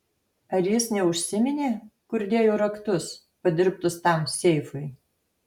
ar jis neužsiminė kur dėjo raktus padirbtus tam seifui